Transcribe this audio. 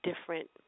different